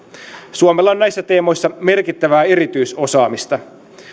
suomella on näissä teemoissa merkittävää erityisosaamista